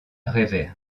revers